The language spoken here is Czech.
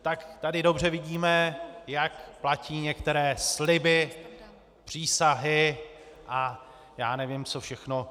Tak tady dobře vidíme, jak platí některé sliby, přísahy a já nevím, co všechno.